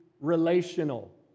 relational